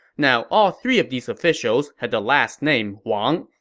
now, all three of these officials had the last name wang,